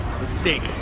mistake